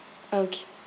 okay